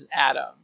Adam